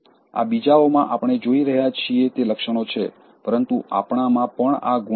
આ બીજાઓ માં આપણે જોઈ રહ્યા છીએ તે લક્ષણો છે પરંતુ આપણામાં પણ આ ગુણો છે